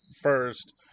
first